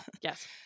Yes